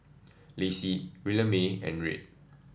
Lacey Williemae and Red